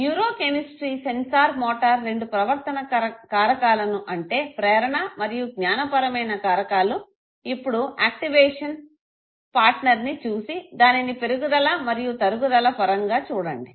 neuro chemistry sensor motor రెండు ప్రవర్తన కారకాలను అంటే ప్రేరణ మరియు జ్ఞానపరమైన కారకాలు ఇప్పుడు యాక్టివేషన్ పార్ట్నర్ ని చూసి దానిని పెరుగుదల మరియు తరుగుదల పరంగా చూడండి